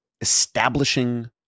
establishing